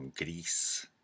Greece